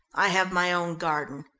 i have my own garden.